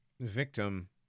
victim